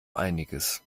einiges